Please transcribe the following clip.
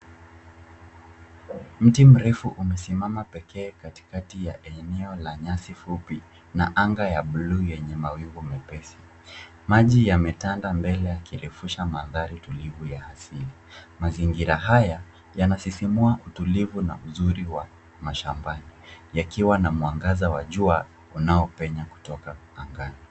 Mti mrefu umesimama pekee katikati eneo la nyasi fupi na anga la buluu lenye mawingu mepesi. Maji yametanda mbele yakirefusha mandhari tulivu ya asili. Mazingira haya yanasisimua utulivu na uzuri wa mashambani yakiwa na mwangaza wa jua unaopenya kutoka angani.